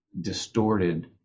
distorted